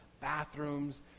bathrooms